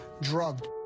drugged